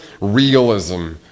realism